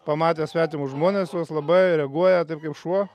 pamatę svetimus žmones jos labai reaguoja taip kaip šuo